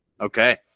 okay